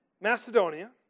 Macedonia